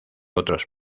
otros